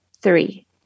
Three